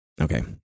Okay